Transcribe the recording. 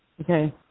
Okay